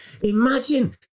imagine